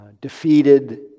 defeated